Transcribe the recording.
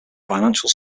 financial